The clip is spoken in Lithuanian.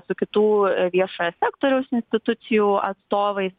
su kitų viešojo sektoriaus institucijų atstovais